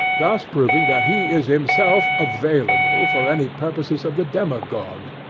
thus proving that he is himself available for any purposes of the demagogue.